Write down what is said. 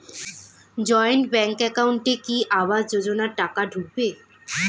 Joint bank একাউন্টে কি আবাস যোজনা টাকা ঢুকবে?